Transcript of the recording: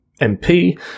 mp